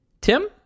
Tim